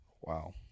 Wow